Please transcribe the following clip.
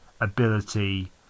ability